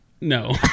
No